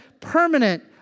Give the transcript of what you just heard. permanent